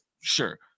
Sure